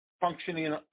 functioning